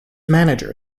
manager